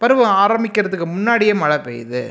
பருவம் ஆரமிக்கிறதுக்கு முன்னாடியே மழை பெய்யுது